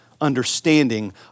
understanding